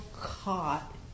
caught